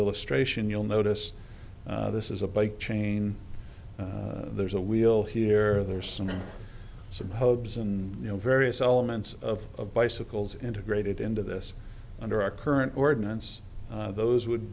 illustration you'll notice this is a bike chain there's a wheel here there's some some hopes and you know various elements of bicycles integrated into this under our current ordinance those would